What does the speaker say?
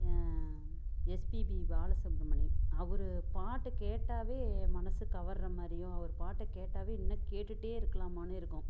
SPB Balasubrahmanyam அவர் பாட்டை கேட்டாவே மனசு கவர்றமாதிரியும் அவர் பாட்டை கேட்டாவே இன்னும் கேட்டுட்டே இருக்கலாமானு இருக்கும்